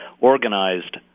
organized